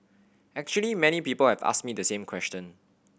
actually many people have asked me the same question